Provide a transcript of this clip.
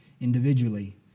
individually